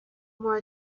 more